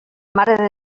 mare